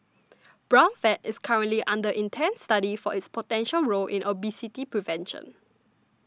brown fat is currently under intense study for its potential role in obesity prevention